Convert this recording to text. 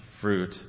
fruit